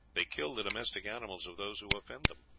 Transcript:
they kill the domestic animals of those who offend them.